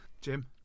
Jim